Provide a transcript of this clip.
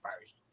first